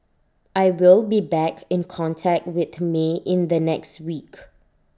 I will be back in contact with may in the next week